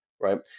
right